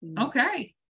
Okay